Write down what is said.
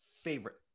favorite